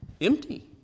empty